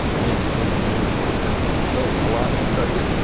maynard didn't. maynard had something to say. a lot to say.